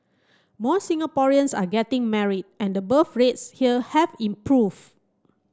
more Singaporeans are getting married and birth rates here have improved